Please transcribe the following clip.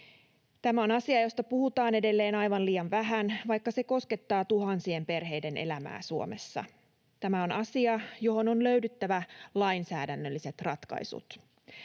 Tämä on asia, josta puhutaan edelleen aivan liian vähän, vaikka se koskettaa tuhansien perheiden elämää Suomessa. Tämä on asia, johon on löydyttävä lainsäädännölliset ratkaisut.